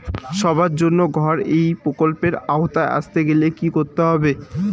সবার জন্য ঘর এই প্রকল্পের আওতায় আসতে গেলে কি করতে হবে?